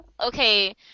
okay